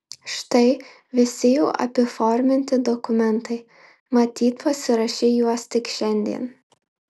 štai visi jau apiforminti dokumentai matyt pasirašei juos tik šiandien